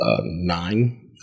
nine